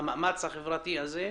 כל המאמץ החברתי הזה.